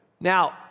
now